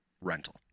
rental